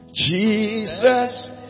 Jesus